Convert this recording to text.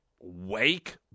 wake